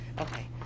okay